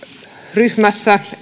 ryhmässä